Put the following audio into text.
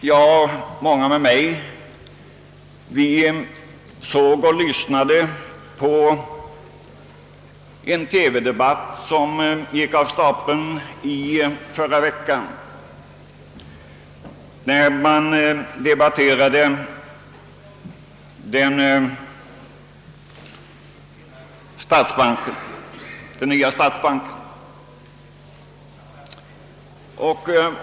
Det var väl många som liksom jag lyssnade till TV-debatten om den föreslagna nya statsbanken i förra veckan.